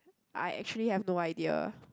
I actually have no idea